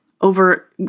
over